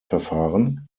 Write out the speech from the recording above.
verfahren